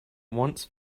once